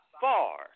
far